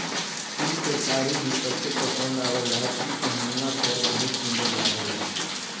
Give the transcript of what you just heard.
silk के साड़ी भी सबके पसंद आवेला इ पहिनला पर बहुत सुंदर लागेला